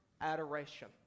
adoration